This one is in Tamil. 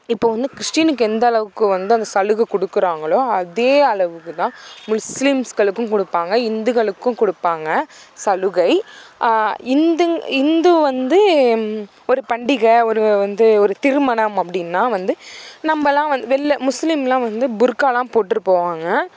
இப்போ ஒன்று கிறிஸ்ட்டினுக்கு எந்த அளவுக்கு வந்து அந்த சலுகை கொடுக்குறாங்களோ அதே அளவுக்கு தான் முஸ்லிம்ஸ்களுக்கும் கொடுப்பாங்க இந்துக்களுக்கும் கொடுப்பாங்க சலுகை இந்து இந்து வந்து ஒரு பண்டிகை ஒரு வந்து ஒரு திருமணம் அப்படின்னா வந்து நம்மள்லாம் வந்து வெளில முஸ்லிம்லாம் வந்து புர்க்காலாம் போட்டுட்டு போவாங்க